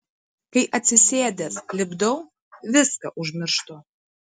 kai atsisėdęs lipdau viską užmirštu